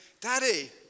Daddy